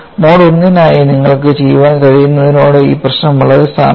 mode I നായി നിങ്ങൾക്ക് ചെയ്യാൻ കഴിയുന്നതിനോട് ഈ പ്രശ്നം വളരെ സാമ്യമുള്ളതാണെന്ന് നിങ്ങൾക്കറിയാം